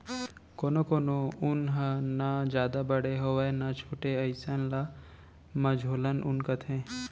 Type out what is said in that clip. कोनो कोनो ऊन ह न जादा बड़े होवय न छोटे अइसन ल मझोलन ऊन कथें